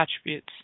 attributes